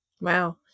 Wow